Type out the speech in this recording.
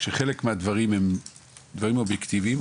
חלק מהדברים הם דברים אובייקטיביים,